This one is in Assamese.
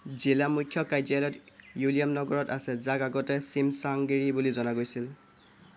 জিলা মুখ্য কাৰ্য্য়ালয় উইলিয়ামনগৰত আছে যাক আগতে চিমচাংগিৰি বুলি জনা গৈছিল